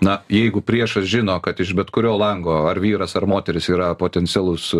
na jeigu priešas žino kad iš bet kurio lango ar vyras ar moteris yra potencialus